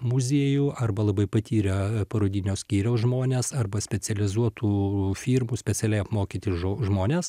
muziejų arba labai patyrę parodinio skyriaus žmones arba specializuotų firmų specialiai apmokyti žo žmones